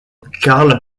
carl